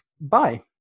Bye